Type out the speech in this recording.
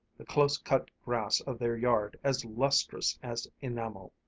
the close-cut grass of their yard as lustrous as enamel,